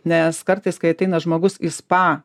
nes kartais kai ateina žmogus į spa